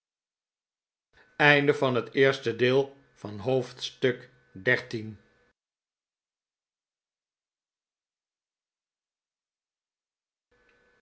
oosten van het westen van het